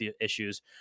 issues